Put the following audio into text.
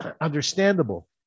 understandable